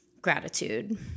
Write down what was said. gratitude